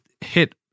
hit